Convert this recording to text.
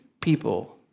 people